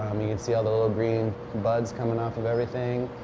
you can see all the little green buds coming off of everything.